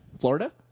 Florida